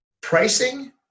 Pricing